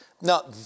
Now